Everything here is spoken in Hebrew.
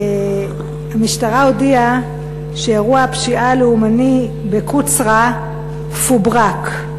המשטרה הודיעה שאירוע הפשיעה הלאומני בקוצרא פוברק.